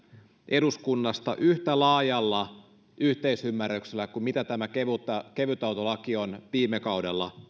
eduskunnassa yhtä laajalla yhteisymmärryksellä kuin millä tämä kevytautolaki on viime kaudella